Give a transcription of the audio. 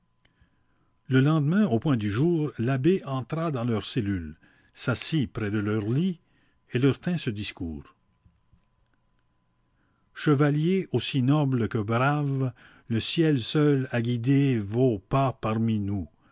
le lendemain au point du jour l'abbé entra dans leur cellule s'assit près de leur lit et leur tint ce discours chevaliers aussi nobles que braves le ciel seul a guidé vos pas parmi nous